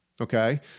Okay